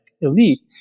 elite